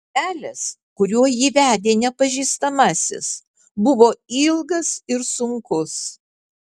kelias kuriuo jį vedė nepažįstamasis buvo ilgas ir sunkus